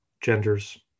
genders